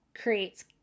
creates